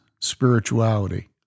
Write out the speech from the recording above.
Spirituality